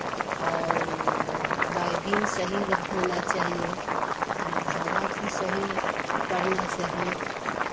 और बॉबिन सही होना चाहिए और धागा भी सही पड़ना चाहिए